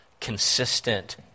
consistent